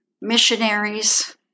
missionaries